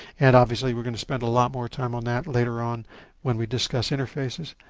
and obviously we are going to spend a lot more time on that later on when we discuss interfaces.